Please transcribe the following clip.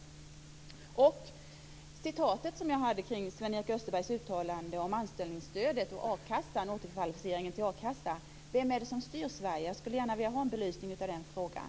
När det gäller det citat om vem det är som styr Sverige som jag nämnde angående Sven-Erik Österbergs uttalande om anställningsstödet och återkvalificeringen till a-kassan skulle jag gärna vilja ha en belysning av den frågan.